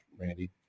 Randy